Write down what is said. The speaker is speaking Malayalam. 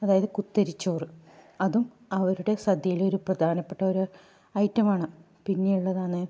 അതായത് കുത്തരി ചോറ് അതും അവരുടെ സദ്യയിൽ ഒരു പ്രധാനപ്പെട്ട ഒരു ഐറ്റമാണ് പിന്നെയുള്ളതാണ്